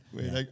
Wait